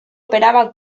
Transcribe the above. operaba